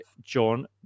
John